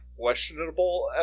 questionable